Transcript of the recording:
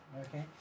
Okay